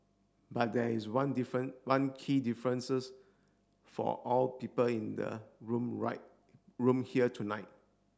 but there is one different one key differences for all people in the room room here tonight